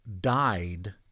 died